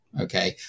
Okay